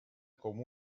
com